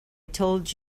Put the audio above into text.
told